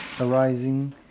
arising